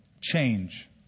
change